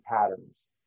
patterns